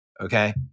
okay